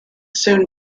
soon